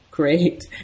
Great